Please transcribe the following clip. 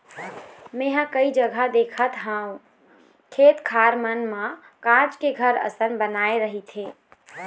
मेंहा कई जघा देखथव खेत खार मन म काँच के घर असन बनाय रहिथे